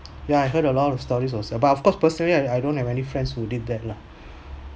yeah I heard a lot of stories also but of course personally I I don't have any friends who did that lah